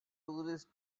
tourists